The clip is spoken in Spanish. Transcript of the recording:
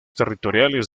territoriales